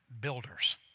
builders